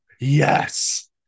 yes